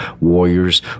Warriors